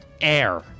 air